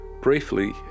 briefly